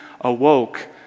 awoke